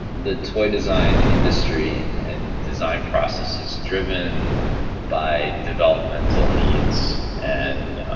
the toy design industry and design process is driven by developmental needs and